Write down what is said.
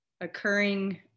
occurring